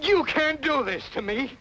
you can't do this to me